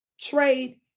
trade